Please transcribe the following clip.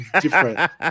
different